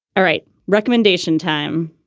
all right. recomendation time,